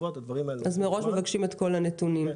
אז מראש מבקשים את כל הנתונים.